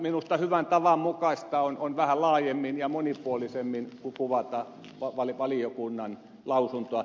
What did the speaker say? minusta hyvän tavan mukaista on vähän laajemmin ja monipuolisemmin kuvata valiokunnan lausuntoa